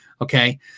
Okay